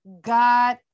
God